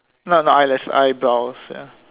no not eyelash eyebrows ya